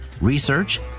Research